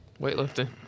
weightlifting